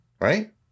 Right